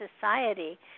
society